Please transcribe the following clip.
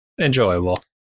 enjoyable